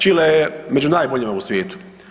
Čile je među najboljima u svijetu.